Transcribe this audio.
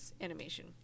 animation